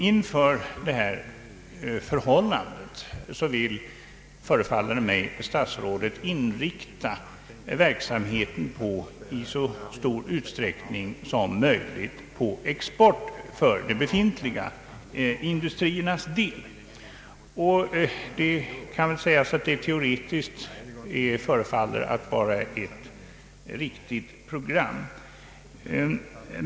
Inför det förhållandet vill statsrådet, förefaller det mig, ingripa i verksamheten i så stor utsträckning som möjligt med exportfrämjande åtgärder för de befintliga industriernas del. Man kan säga att det teoretiskt förefaller vara ett riktigt program.